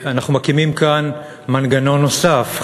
אנחנו מקימים כאן מנגנון נוסף,